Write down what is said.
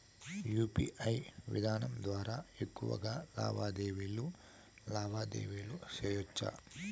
UPI విధానం ద్వారా ఎక్కువగా లావాదేవీలు లావాదేవీలు సేయొచ్చా?